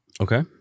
Okay